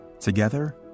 Together